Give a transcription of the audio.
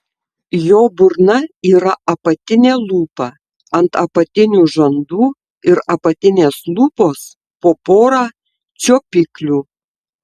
po burna yra apatinė lūpa ant apatinių žandų ir apatinės lūpos po porą čiuopiklių